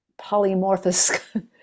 polymorphous